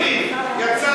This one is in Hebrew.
מ"סהרונים" נתתם